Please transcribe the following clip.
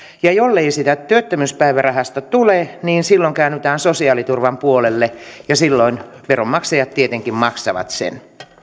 ja jollei tuloa työttömyyspäivärahasta tule niin silloin käännytään sosiaaliturvan puolelle ja veronmaksajat tietenkin maksavat sen